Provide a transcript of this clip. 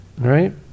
Right